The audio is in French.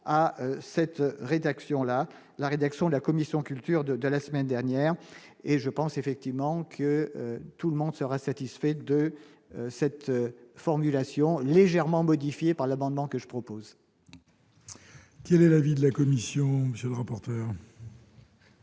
à cette rédaction, là, la rédaction de la commission culture de de la semaine dernière et je pense effectivement que tout le monde serait satisfait de cette formulation légèrement modifié par l'amendement que je propose. Quel est l'avis de la Commission, monsieur le rapporteur.